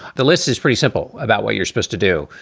the list is pretty simple about what you're supposed to do.